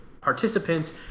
participants